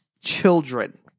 children